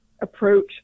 approach